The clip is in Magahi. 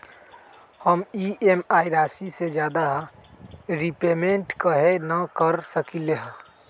हम ई.एम.आई राशि से ज्यादा रीपेमेंट कहे न कर सकलि ह?